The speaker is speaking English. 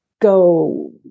go